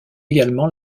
également